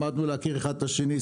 למדנו להכיר אחד את השני,